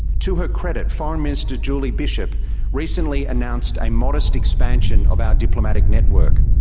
to her credit, foreign minister julie bishop recently announced a modest expansion of our diplomatic network.